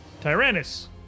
Tyrannus